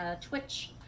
Twitch